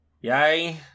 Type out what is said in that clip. Yay